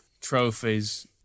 trophies